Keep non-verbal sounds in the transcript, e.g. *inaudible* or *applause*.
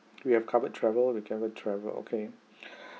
we have covered travel we've covered travel okay *breath*